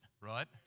right